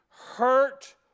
hurt